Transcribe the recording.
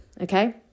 okay